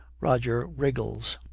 roger wriggles.